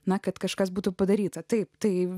na kad kažkas būtų padaryta taip tai